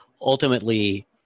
ultimately